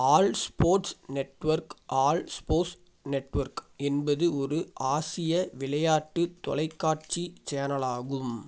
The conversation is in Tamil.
all sports network all sports network என்பது ஒரு ஆசிய விளையாட்டுத் தொலைக்காட்சி சேனலாகும்